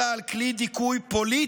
אלא על כלי דיכוי פוליטי